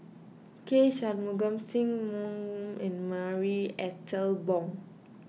K Shanmugam Sim Wong Hoo and Marie Ethel Bong